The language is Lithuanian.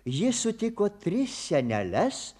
ji sutiko tris seneles